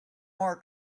more